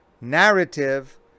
narrative